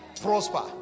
prosper